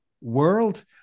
world